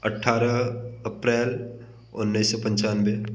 अट्ठारह अप्रैल उन्नीस सौ पंचानवे